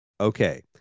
Okay